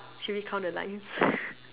should we count the lines